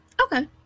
Okay